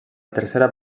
tercera